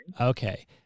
Okay